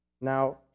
Now